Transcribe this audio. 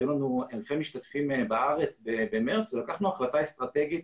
היו לנו אלפי משתתפים בארץ בחודש מארס ולקחנו החלטה אסטרטגית